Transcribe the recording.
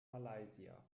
malaysia